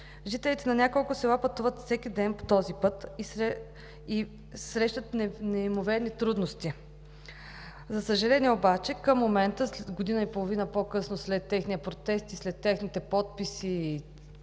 Жителите на няколко села пътуват всеки ден по този път и срещат неимоверни трудности. За съжаление, към момента, година и половина по-късно след техния протест, след техните подписи